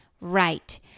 right